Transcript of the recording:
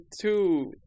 two